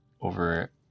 over